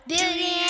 Beauty